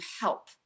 help